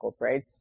right